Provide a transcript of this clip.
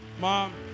Mom